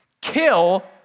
Kill